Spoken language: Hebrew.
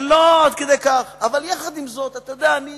אני לא עד כדי כך, אבל עם זאת, אתה יודע, אני